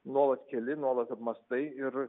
nuolat keli nuolat apmąstai ir